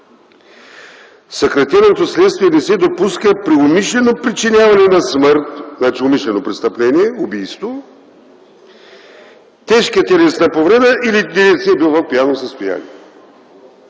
„Съкратеното следствие не се допуска при умишлено причиняване на смърт - значи, умишлено престъпление, убийство - тежка телесна повреда или действие в пияно състояние.”